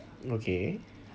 okay